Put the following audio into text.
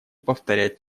повторять